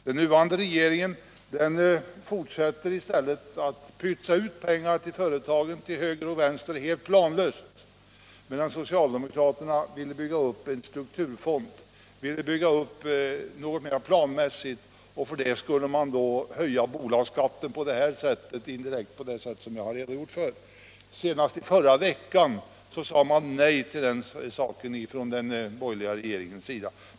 Den nuvarande regeringen fortsätter i stället att pytsa ut pengar till företagen till höger och vänster helt planlöst. Vi socialdemokrater vill bygga upp något mera planmässigt, och därför skulle man indirekt höja bolagsskatten på det sätt som jag har redogjort för. Senast i förra veckan sade den borgerliga regeringen nej till det förslaget.